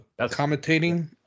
commentating